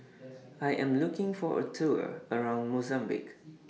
I Am looking For A Tour around Mozambique